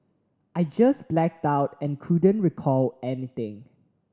I just blacked out and couldn't recall anything